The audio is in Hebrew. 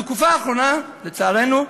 בתקופה האחרונה, לצערנו,